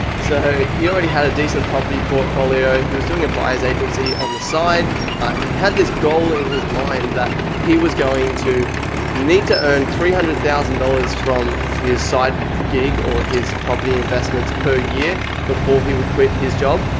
so he already had a decent property portfolio. he was doing a buyers agency on the side and had this goal in his mind that he was going to need to earn three hundred thousand dollars from his side gig or his property investments per year before he quit his job.